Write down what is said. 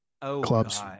clubs